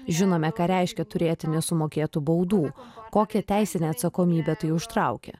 žinome ką reiškia turėti nesumokėtų baudų kokią teisinę atsakomybę tai užtraukia